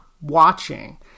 watching